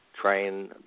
train